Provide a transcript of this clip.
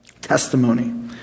testimony